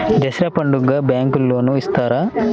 దసరా పండుగ bank loan ఇస్తారా?